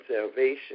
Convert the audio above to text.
salvation